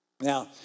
now